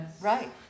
Right